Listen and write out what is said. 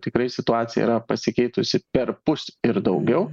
tikrai situacija yra pasikeitusi perpus ir daugiau